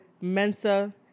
mensa